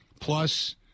plus